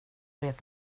vet